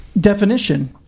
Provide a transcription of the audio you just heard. definition